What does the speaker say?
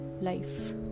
life